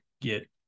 get